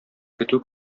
көтү